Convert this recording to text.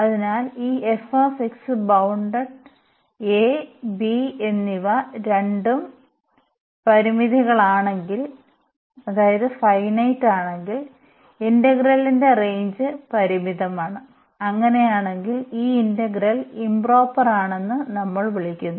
അതിനാൽ ഈ f bounded a b എന്നിവ രണ്ടും ഫൈനെയ്റ്റാണെങ്കിൽ ഇന്റഗ്രലിന്റെ റേഞ്ച് പരിമിതമാണ് അങ്ങനെയാണെങ്കിൽ ഈ ഇന്റഗ്രൽ ഇംപ്റോപറാണെന്നു നമ്മൾ വിളിക്കുന്നു